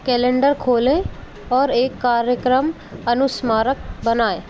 calendar खोलें और एक कार्यक्रम अनुस्मारक बनाएँ